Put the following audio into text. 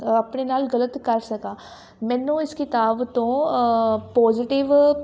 ਆਪਣੇ ਨਾਲ ਗਲਤ ਕਰ ਸਕਾਂ ਮੈਨੂੰ ਇਸ ਕਿਤਾਬ ਤੋਂ ਪੋਜੀਟਿਵ